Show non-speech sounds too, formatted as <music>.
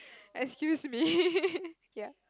excuse me <laughs> ya